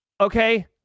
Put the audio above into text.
okay